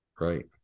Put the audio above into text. right